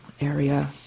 area